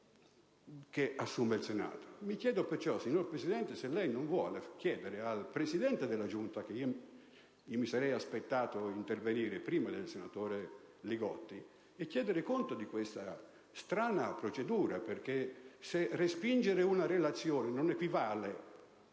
che assume il Senato. Mi chiedo perciò, signor Presidente, se lei non voglia chiedere conto al Presidente della Giunta, che mi sarei aspettato intervenisse prima del senatore Li Gotti, di questa strana procedura, perché se respingere una relazione non equivale